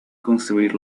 construir